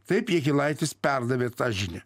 taip jakilaitis perdavė tą žinią